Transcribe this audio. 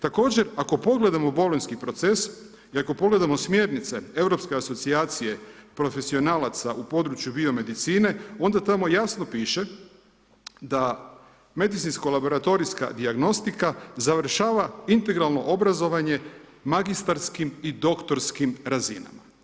Također, ako pogledamo bolonjski proces i ako pogledamo smjernice europske asocijacije profesionalaca u području biomedicine, onda tamo jasno piše da medicinsko-laboratorijska dijagnostika završava integralno obrazovanje magistarskim i doktorskim razinama.